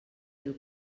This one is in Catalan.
del